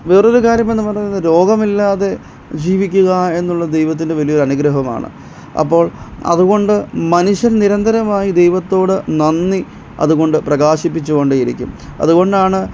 വേറെ ഒരു കാര്യമെന്ന് പറയുന്നത് രോഗമില്ലാതെ ജീവിക്കുക എന്നുള്ളത് ദൈവത്തിൻറെ വലിയൊരു അനുഗ്രഹമാണ് അപ്പോൾ അതുകൊണ്ട് മനുഷ്യൻ നിരന്തരമായി ദൈവത്തോട് നന്ദി അതുകൊണ്ട് പ്രകാശിപ്പിച്ചുകൊണ്ടേ ഇരിക്കും അതുകൊണ്ടാണ്